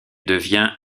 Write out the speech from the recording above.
devient